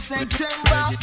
September